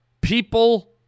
people